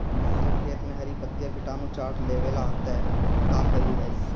जब खेत मे हरी पतीया किटानु चाट लेवेला तऽ का कईल जाई?